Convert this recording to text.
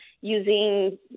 using